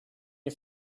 you